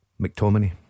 McTominay